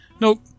Nope